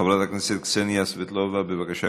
חברת הכנסת קסניה סבטלובה,